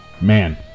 Man